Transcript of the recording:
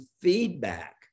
feedback